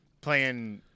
playing